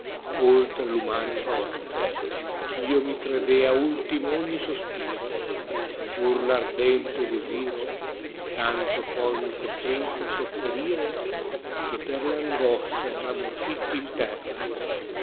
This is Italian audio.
oltra r umana sorte ch io mi credea ultimo ogni spir pur v ardente desiro tanto poi mi costrinse a sofferire che per p angoscia tramortitti in terrai